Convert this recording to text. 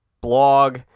blog